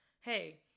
hey